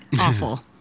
Awful